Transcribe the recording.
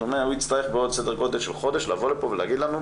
הוא יצטרך בעוד סדר גודל של חודש לבוא ולהגיד לנו,